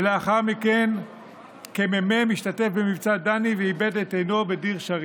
ולאחר מכן כמ"מ השתתף במבצע דני ואיבד את עינו בדיר טריף.